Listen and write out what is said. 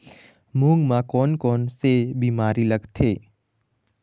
मूंग म कोन कोन से बीमारी लगथे?